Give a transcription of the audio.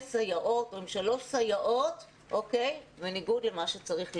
סייעות או עם שלוש סייעות בניגוד למה שצריך להיות.